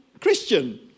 Christian